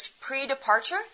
pre-departure